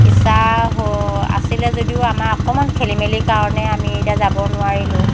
ইচ্ছা হৈ আছিলে যদিও আমাৰ অকণমান খেলি মেলিৰ কাৰণে আমি এতিয়া যাব নোৱাৰিলোঁ